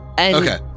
Okay